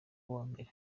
uwambere